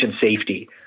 safety